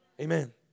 Amen